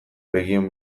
begien